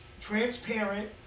transparent